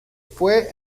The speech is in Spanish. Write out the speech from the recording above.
fue